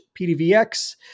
PDVX